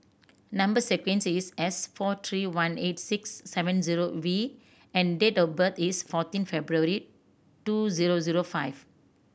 number sequence is S four three one eight six seven zero V and date of birth is fourteen February two zero zero five